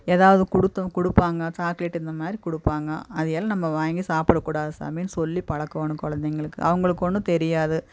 ஏதாவது கொடுத்தும் கொடுப்பாங்க சாக்லேட் இந்தமாதிரி கொடுப்பாங்க அதையெல்லாம் நம்ம வாங்கி சாப்பிடக்கூடாது சாமின்னு சொல்லி பழக்கணும் குழந்தைகளுக்கு அவங்களுக்கு ஒன்றும் தெரியாது